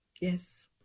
Yes